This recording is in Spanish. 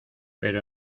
pero